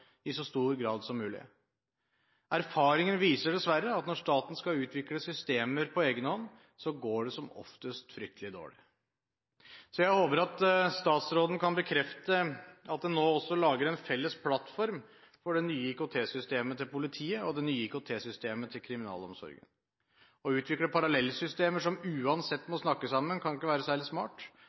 i så stor grad som mulig. Erfaringer viser dessverre at når staten skal utvikle systemer på egen hånd, går det som oftest fryktelig dårlig. Så jeg håper at statsråden kan bekrefte at det nå også lages en felles plattform for det nye IKT-systemet til politiet og det nye IKT-systemet til kriminalomsorgen. Å utvikle parallelle systemer, som uansett må snakke sammen, kan ikke være særlig smart,